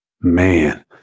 Man